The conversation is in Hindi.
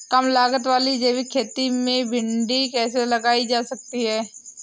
कम लागत वाली जैविक खेती में भिंडी कैसे लगाई जा सकती है?